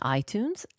iTunes